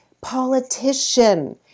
politician